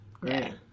Great